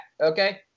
okay